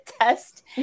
test